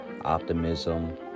optimism